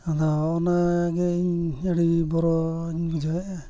ᱟᱫᱚ ᱚᱱᱟᱜᱮ ᱤᱧ ᱟᱹᱰᱤ ᱵᱚᱨᱚᱧ ᱵᱩᱡᱷᱟᱹᱣᱮᱫᱼᱟ